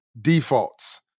defaults